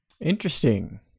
Interesting